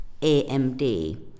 AMD